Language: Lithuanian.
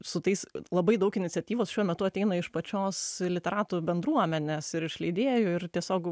su tais labai daug iniciatyvos šiuo metu ateina iš pačios literatų bendruomenės ir iš leidėjų ir tiesiog